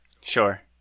Sure